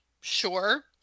Sure